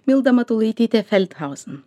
milda matulaitytė felthauzin